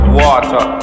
water